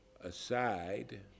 aside